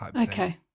Okay